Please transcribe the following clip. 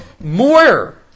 more